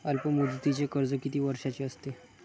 अल्पमुदतीचे कर्ज किती वर्षांचे असते?